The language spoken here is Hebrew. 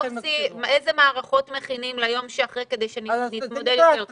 איזה מערכות מכינים ליום שאחרי כדי שנתמודד יותר טוב.